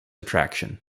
attraction